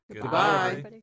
Goodbye